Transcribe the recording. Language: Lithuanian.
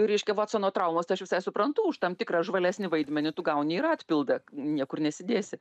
reiškia vatsono traumos tai aš visai suprantu už tam tikrą žvalesnį vaidmenį tu gauni ir atpildą niekur nesidėsi